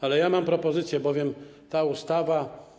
Ale mam propozycję, bowiem ta ustawa.